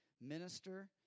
minister